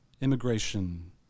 immigration